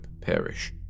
perish